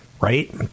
Right